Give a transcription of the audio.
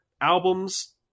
albums